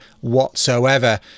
whatsoever